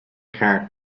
cart